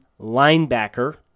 linebacker